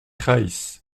reiss